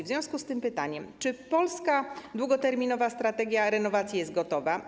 W związku z tym mam pytania: Czy polska Długoterminowa Strategia Renowacji jest gotowa?